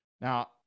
Now